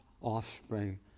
offspring